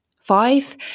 five